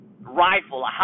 rifle